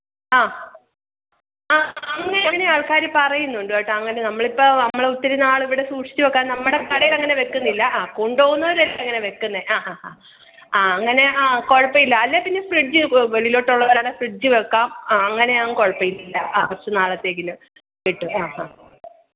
ആഹ് ആഹ് അങ്ങനെ ആള്ക്കാർ പറയുന്നുണ്ട് കേട്ടോ അങ്ങനെ നമ്മൾ ഇപ്പം നമ്മൾ ഒത്തിരി നാൾ ഇവിടെ സൂക്ഷിച്ച് വെക്കാന് നമ്മുടെ കടയിൽ അങ്ങനെ വെക്കുന്നില്ല ആഹ് കൊണ്ടുപോവുന്നവരല്ലേ അങ്ങനെ വെക്കുന്നത് ആഹ് ഹാ ഹാ ആഹ് അങ്ങനെ ആഹ് കുഴപ്പം ഇല്ല അല്ലെങ്കിൽപ്പിന്നെ ഫ്രിഡ്ജ് വെളിയിലോട്ട് ഉള്ളവരാണെങ്കിൽ ഫ്രിഡ്ജില് വെക്കാം ആഹ് അങ്ങനെയാവുമ്പോൾ കുഴപ്പം ഇല്ല ആഹ് കുറച്ച് നാളത്തേക്കില് കിട്ടും ആഹ് ആഹ്